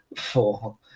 four